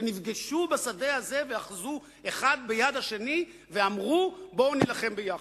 שנפגשו בשדה הזה ואחזו אחד ביד השני ואמרו: בואו נילחם ביחד,